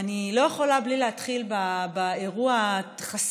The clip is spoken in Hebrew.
אני לא יכולה בלי להתחיל באירוע חסר